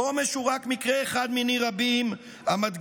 חומש הוא רק מקרה אחד מני רבים המדגימים